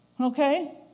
Okay